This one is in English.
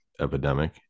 epidemic